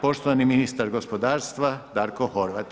Poštovani ministar gospodarstva Darko Horvat.